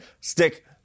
Stick